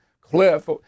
cliff